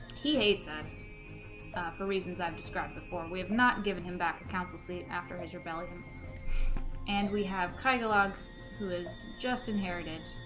he hates us for reasons i've described before we have not given him back a council seat after his rebellion and we have kai gulag who has just inherited